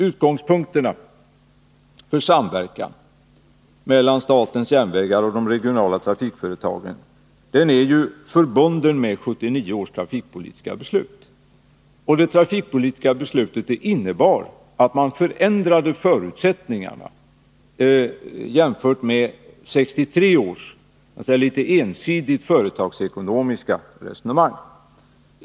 Utgångspunkten för samverkan mellan SJ och de regionala trafikföretagen är ju förbunden med 1979 års trafikpolitiska beslut. Det trafikpolitiska beslutet innebar att man förändrade förutsättningarna jämfört med 1963 års litet ensidigt företagsekonomiska resonemang.